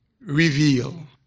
reveal